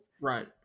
Right